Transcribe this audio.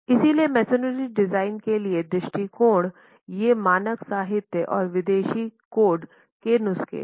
इसलिए masonry design के लिए दृष्टिकोण ये मानक साहित्य और विदेशी कोड से नुस्खे हैं